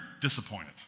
Disappointed